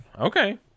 Okay